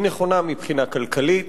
היא נכונה מבחינה כלכלית,